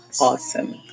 awesome